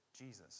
Jesus